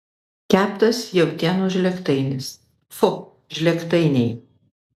keptas jautienos žlėgtainis fu žlėgtainiai